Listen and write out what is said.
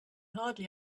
hardly